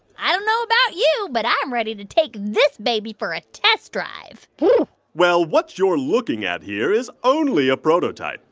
i don't know about you, but i'm ready to take this baby for a test drive well, what you're looking at here is only a prototype,